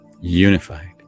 unified